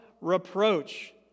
reproach